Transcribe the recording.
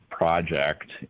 project